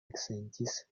eksentis